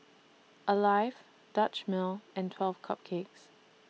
Alive Dutch Mill and twelve Cupcakes